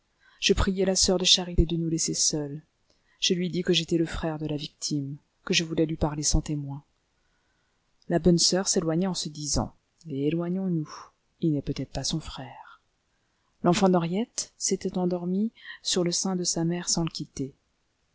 je priai la soeur de charité de nous laisser seuls je lui dis que j'étais le frère de la victime que je voulais lui parler sans témoins la bonne soeur s'éloigna en se disant éloignons-nous il n'est peut-être pas son frère l'enfant d'henriette s'était endormi sur le sein de sa mère sans le quitter